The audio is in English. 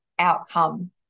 outcome